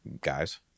guys